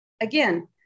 Again